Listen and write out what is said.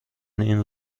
این